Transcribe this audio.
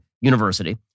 University